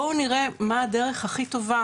אז בואו נראה מהי הדרך הכי טובה